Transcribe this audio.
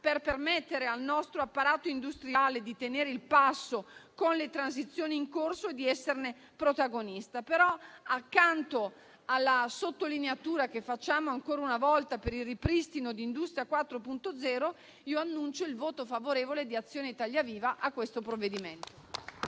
per permettere al nostro apparato industriale di tenere il passo con le transizioni in corso e di esserne protagonista. Accanto alla sottolineatura, che facciamo ancora una volta, per il ripristino di Industria 4.0, annuncio il voto favorevole di Azione-Italia Viva a questo provvedimento.